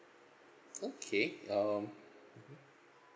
okay um mmhmm